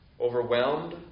overwhelmed